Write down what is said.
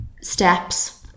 Steps